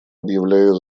объявляю